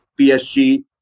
PSG